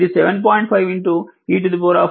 5 e 2